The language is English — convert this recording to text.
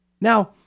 Now